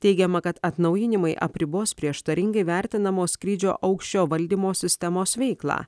teigiama kad atnaujinimai apribos prieštaringai vertinamos skrydžio aukščio valdymo sistemos veiklą